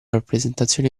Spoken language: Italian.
rappresentazione